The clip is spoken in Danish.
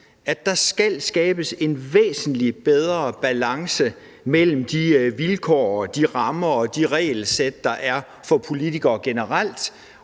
at der skal skabes en væsentlig bedre balance mellem de vilkår, rammer og regelsæt, der er for politikere generelt,